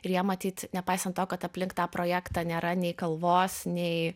ir jie matyt nepaisant to kad aplink tą projektą nėra nei kalvos nei